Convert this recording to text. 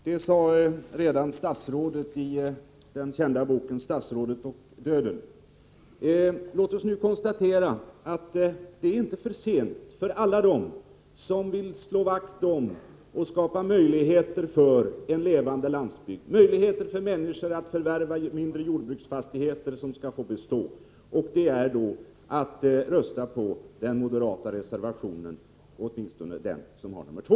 Det sade redan statsrådet i Bo Baldersons kända bok Statsrådet och döden. Låt oss nu konstatera att det inte är för sent för alla dem som vill slå vakt om och skapa framtidsmöjligheter för en levande landsbygd. Kravet är att ge möjligheter för människor att förvärva mindre jordbruksfastigheter som skall få bestå. Det kan nu ske genom att man röstar på den moderata reservationen 2.